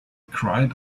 cried